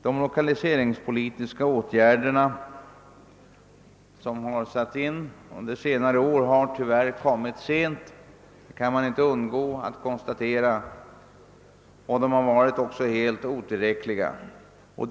De lokaliseringspolitiska åtgärder som under senare år satts in har tyvärr vidtagits för sent och har också varit helt otillräckliga. Det kan man inte underlåta att konstatera.